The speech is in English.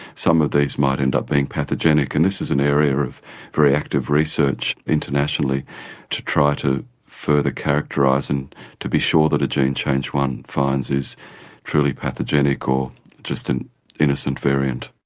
some of these might end up being pathogenic, and this is an area of very active research internationally to try to further characterise and to be sure that a gene change one finds is truly pathogenic or just an innocent variant.